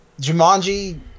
Jumanji